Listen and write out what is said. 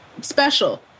special